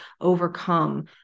overcome